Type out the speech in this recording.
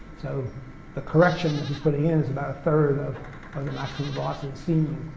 so the correction that he's putting in is about a third of um the maximum velocity seen.